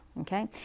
okay